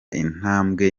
intambwe